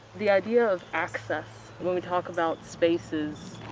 the idea of access, when we talk about spaces.